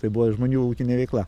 tai buvo žmonių ūkinė veikla